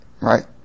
Right